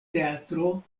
teatro